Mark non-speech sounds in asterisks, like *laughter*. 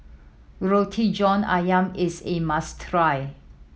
Roti John Ayam is a must *unintelligible*